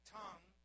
tongue